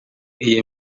iyi